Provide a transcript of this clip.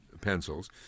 pencils